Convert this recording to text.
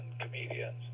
comedians